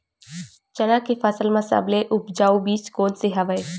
चना के फसल म सबले उपजाऊ बीज कोन स हवय?